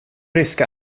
ryska